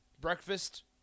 Breakfast